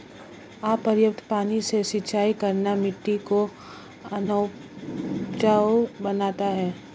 अपर्याप्त पानी से सिंचाई करना मिट्टी को अनउपजाऊ बनाता है